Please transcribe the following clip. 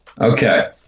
Okay